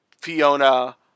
Fiona